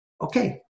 Okay